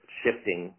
shifting